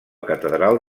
catedral